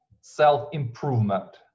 self-improvement